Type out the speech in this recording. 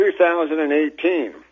2018